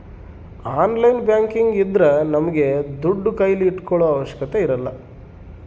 online banking ಇದ್ರ ನಮ್ಗೆ ದುಡ್ಡು ಕೈಲಿ ಇಟ್ಕೊಳೋ ಅವಶ್ಯಕತೆ ಇರಲ್ಲ